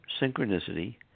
Synchronicity